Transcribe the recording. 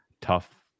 tough